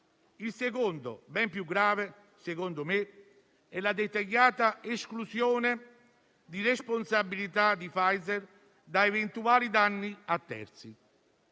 il secondo, ben più grave secondo me, è la dettagliata esclusione di responsabilità di Pfizer da eventuali danni a terzi.